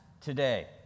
today